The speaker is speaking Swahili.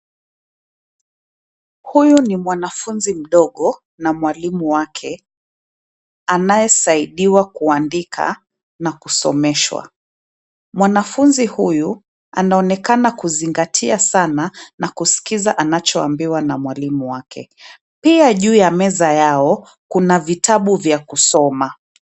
Huyu ni mwanafunzi mdogo na mwalimu wake anayesaidiwa kuandika na kusomeshwa. Mwanafunzi huyu anaonekana kuzingatia sana na kusikiza anachoambiwa na mwalimu wake. Pia juu ya meza yao kuna vitabu vya kusoma.